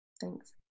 Thanks